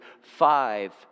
five